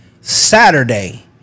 Saturday